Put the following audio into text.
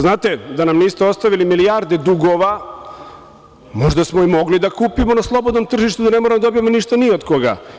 Znate, da nam niste ostavili milijarde dugova, možda smo i mogli da kupimo na slobodnom tržištu, da ne moramo da dobijemo ništa ni od koga.